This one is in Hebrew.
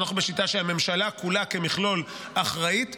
אנחנו בשיטה שהממשלה כולה כמכלול אחראית.